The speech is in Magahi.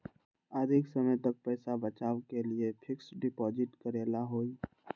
अधिक समय तक पईसा बचाव के लिए फिक्स डिपॉजिट करेला होयई?